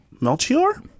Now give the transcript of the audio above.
Melchior